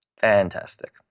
fantastic